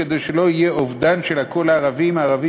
כדי שלא יהיה אובדן של הקול הערבי אם הערבים